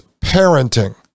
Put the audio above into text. parenting